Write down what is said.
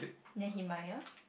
Nehemiah